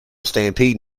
stampede